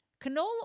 Canola